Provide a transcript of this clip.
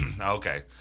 Okay